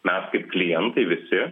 mes kaip klientai visi